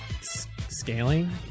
scaling